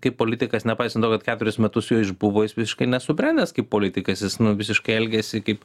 kaip politikas nepaisant to kad keturis metus juo išbuvo jis visiškai nesubrendęs kaip politikas jis visiškai elgiasi kaip